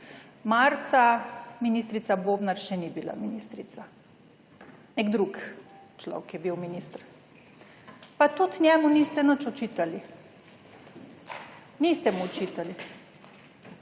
Marca ministrica Bobnar še ni bila ministrica, nek drug človek je bil minister, pa tudi njemu niste nič očitali, niste mu očitali.